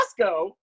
Costco